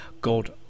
God